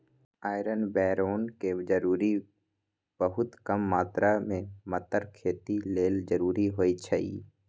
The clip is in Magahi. आयरन बैरौन के जरूरी बहुत कम मात्र में मतर खेती लेल जरूरी होइ छइ